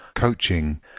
coaching